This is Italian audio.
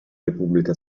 repubblica